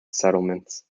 settlements